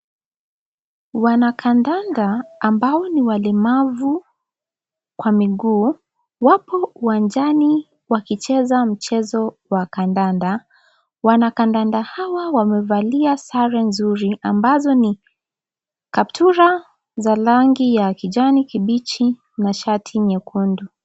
Wanakandanda ambao ni walemavu kwa miguu, wapo uwanjani wakicheza mchezo wa kandanda. Wanakandanda hawa wamevalia sare nzuri, ambazo ni kaptura za rangi ya kijani kibichi na shati nyekundu.